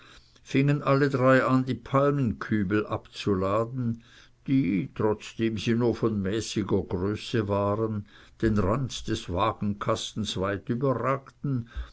fingen alle drei an die palmenkübel abzuladen die trotzdem sie nur von mäßiger größe waren den rand des wagenkastens weit überragten